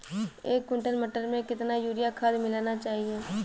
एक कुंटल मटर में कितना यूरिया खाद मिलाना चाहिए?